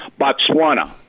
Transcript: Botswana